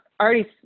already